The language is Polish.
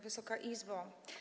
Wysoka Izbo!